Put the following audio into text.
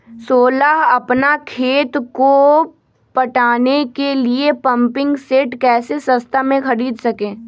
सोलह अपना खेत को पटाने के लिए पम्पिंग सेट कैसे सस्ता मे खरीद सके?